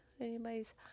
Anybody's